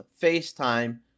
FaceTime